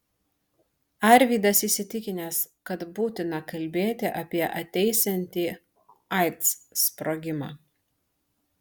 arvydas įsitikinęs kad būtina kalbėti apie ateisiantį aids sprogimą